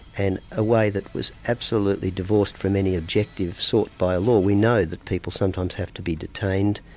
and a way that was absolutely divorced from any objective sought by law. we know that people sometimes have to be detained,